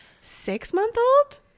six-month-old